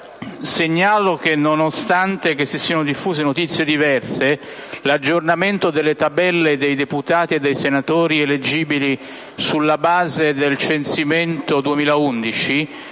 Segnalo che, nonostante si siano diffuse notizie diverse, l'aggiornamento delle tabelle relative ai deputati e ai senatori eleggibili sulla base del censimento del